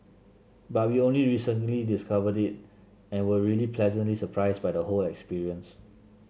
but we only recently discovered it and were really pleasantly surprised by the whole experience